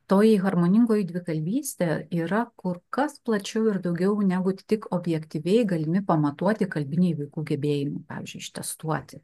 toji harmoningoji dvikalbystė yra kur kas plačiau ir daugiau negu tik objektyviai galimi pamatuoti kalbiniai vaikų gebėjimai pavyzdžiui ištestuoti